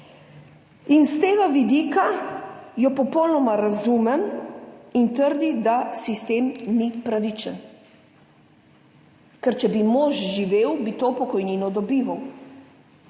In s tega vidika jo popolnoma razumem in trdi, da sistem ni pravičen, ker če bi mož živel, bi to pokojnino dobival,